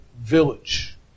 village